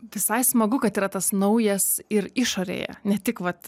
visai smagu kad yra tas naujas ir išorėje ne tik vat